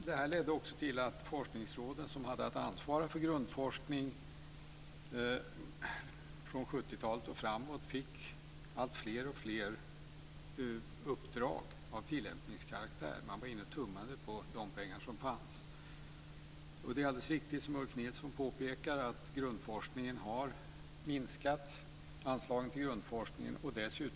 Det här ledde också till att forskningsråden som hade att ansvara för grundforskning från 70-talet och framåt fick alltfler uppdrag av tillämpningskaraktär. Man var inne och tummade på de pengar som fanns. Det är också alldeles riktigt som Ulf Nilsson påpekar att anslagen till grundforskningen har minskat.